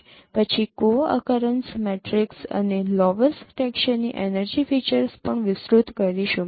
પછી co occurrence matrix અને 'laws' 'Laws' ટેક્સચરની એનર્જી ફીચર્સ પણ વિસ્તૃત કરીશું